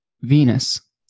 Venus